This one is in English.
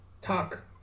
talk